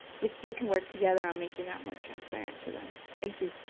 we we can work together on making that more transparent to them. thank you.